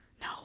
no